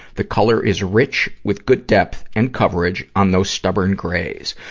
the color is rich with good depth and coverage on those stubborn grays.